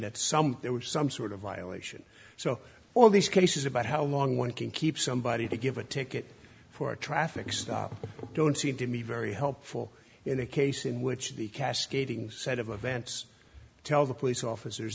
that some there was some sort of violation so all these cases about how long one can keep somebody to give a ticket for a traffic stop don't seem to be very helpful in a case in which the cascading set of events tell the police officers